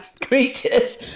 creatures